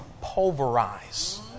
pulverize